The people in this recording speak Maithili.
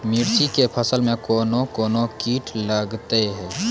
मिर्ची के फसल मे कौन कौन कीट लगते हैं?